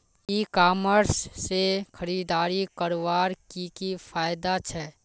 ई commerce से खरीदारी करवार की की फायदा छे?